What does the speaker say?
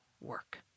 work